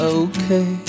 okay